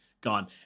gone